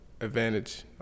Advantage